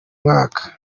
mwaka